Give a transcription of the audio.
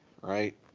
right